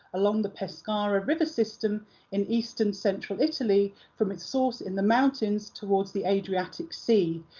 along the pescara river-system in eastern-central italy from its source in the mountains towards the adriatic sea.